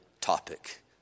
topic